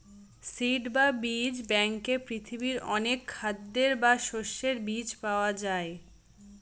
seed বা বীজ ব্যাঙ্কে পৃথিবীর অনেক খাদ্যের বা শস্যের বীজ পাওয়া যায়